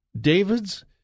Davids